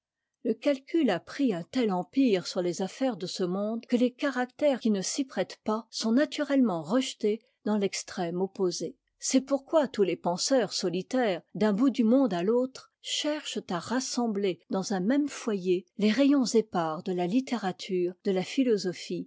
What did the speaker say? le calcul a pris un tel empire sur les affaires de ce monde que les caractères qui ne s'y prêtent pas sont naturellement rejetés dans l'extrême opposé c'est pourquoi tous les penseurs solitaires d'un bout du monde à l'autre cherchent à rassembler dans un même foyer les rayons épars de la littérature de la philosophie